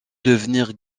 devenir